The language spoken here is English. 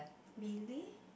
really